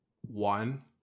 one